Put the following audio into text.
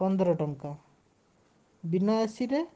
ପନ୍ଦର ଟଙ୍କା ବିନା ଏସିରେ